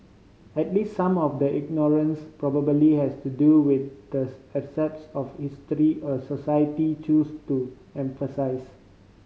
at least some of the ignorance probably has to do with the of history a society choose to emphasise